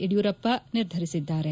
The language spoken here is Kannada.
ಯಡಿಯೂರಪ್ಪ ನಿರ್ಧರಿಸಿದ್ದಾರೆ